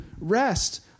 rest